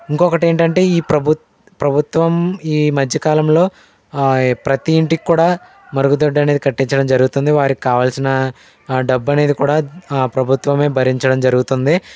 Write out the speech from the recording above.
ఇంకొకటి ఏంటంటే ఈ ప్రభుత్వం ప్రభుత్వం ఈ మధ్య కాలంలో ప్రతి ఇంటికి కూడా మరుగుదొడ్డి అనేది కట్టించడం జరుగుతుంది వారికి కావలసిన డబ్బు అనేది కూడా ఆ ప్రభుత్వమే భరించడం జరుగుతుంది